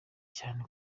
cyane